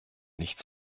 nicht